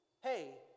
hey